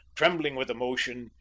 trembling with emotion,